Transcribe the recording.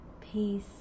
peace